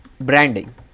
branding